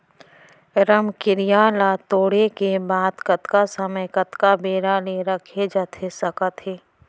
रमकेरिया ला तोड़े के बाद कतका समय कतका बेरा ले रखे जाथे सकत हे?